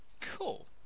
cool